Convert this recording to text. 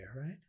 right